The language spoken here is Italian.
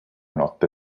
notte